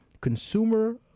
consumer